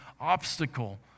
obstacle